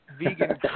vegan